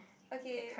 okay